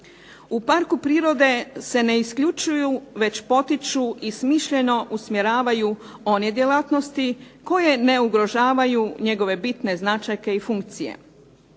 U Parku prirode se ne isključuju već potiču i smišljeno usmjeravaju one djelatnosti koje ne ugrožavaju njegove bitne značajke i funkcije.